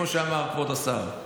כמו שאמר כבוד השר,